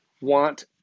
want